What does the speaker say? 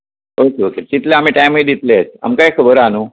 okay okay तितलो आमी टायमूय दितले आमकाय खबर आहा न्हू